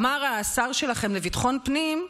אמר השר שלכם לביטחון פנים,